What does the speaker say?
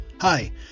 Hi